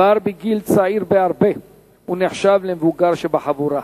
כבר בגיל צעיר בהרבה הוא נחשב למבוגר שבחבורה,